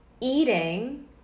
eating